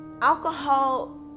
alcohol